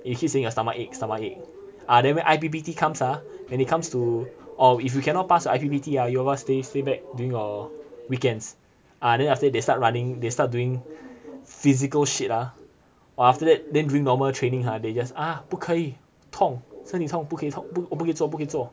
you keep saying your stomach ache stomach ache ah then when I_P_P_T comes ah when it comes to oh if you cannot pass your I_P_P_T ah your last day stay back during your weekends ah then after they start running they start doing physical shit ah after that then during normal training ah they just ah 不可以痛身体痛不可以痛我我不可以做不可以做